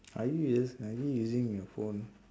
are you use are you using your phone